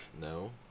No